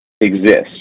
exists